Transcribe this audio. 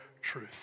truth